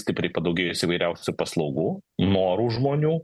stipriai padaugėjus įvairiausių paslaugų norų žmonių